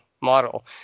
model